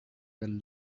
dal